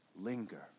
Linger